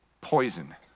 poison